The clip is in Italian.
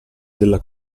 della